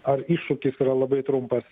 ar iššūkis yra labai trumpas